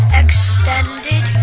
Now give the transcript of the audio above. extended